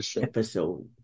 episode